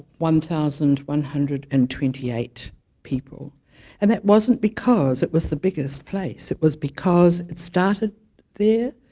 one thousand one hundred and twenty eight people and that wasn't because it was the biggest place, it was because it started there